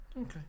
Okay